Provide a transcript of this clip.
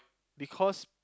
because